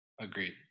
Agreed